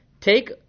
Take